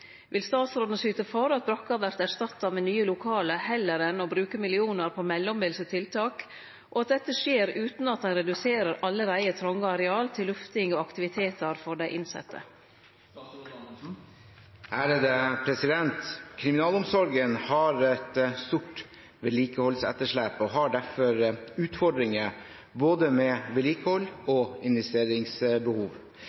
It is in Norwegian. Vil statsråden syte for at brakka vert erstatta med nye lokale heller enn å bruke millionar på mellombelse tiltak, og at dette skjer utan at ein reduserer allereie tronge areal til lufting og aktivitetar for dei innsette?» Kriminalomsorgen har et stort vedlikeholdsetterslep og har derfor utfordringer både med